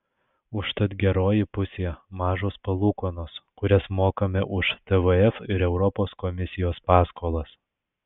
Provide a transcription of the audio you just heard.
užtat geroji pusė mažos palūkanos kurias mokame už tvf ir europos komisijos paskolas